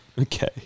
Okay